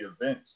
event